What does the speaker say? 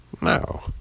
No